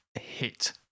hit